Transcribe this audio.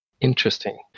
interesting